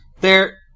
they're-